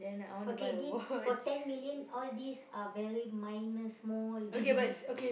okay this for ten million all these are very minor small G_G_B